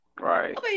Right